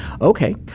Okay